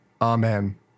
Amen